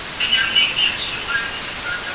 i nominate matt schueller, this is barb yeah